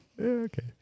okay